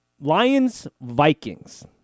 Lions-Vikings